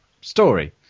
story